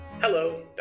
Hello